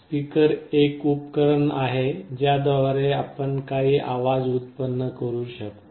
speaker एक उपकरण आहे ज्याद्वारे आपण काही आवाज उतपन्न करू शकतो